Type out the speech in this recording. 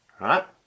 right